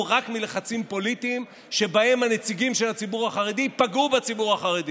רק מלחצים פוליטיים שבהם הנציגים של הציבור החרדי פגעו בציבור החרדי.